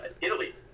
italy